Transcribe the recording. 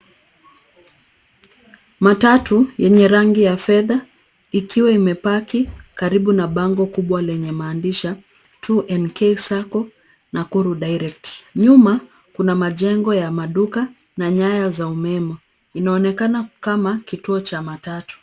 Matatu yenye rangi ya fedha ikiwa imepaki karibu na bango kubwa lenye maandishi 2NK Sacco Nakuru Direct . Nyuma, kuna majengo ya maduka na nyaya za umeme. Inaonekana kama kituo cha matatu.